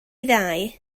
ddau